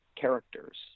characters